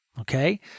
Okay